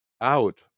out